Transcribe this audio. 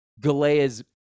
Galea's